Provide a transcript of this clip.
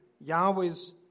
Yahweh's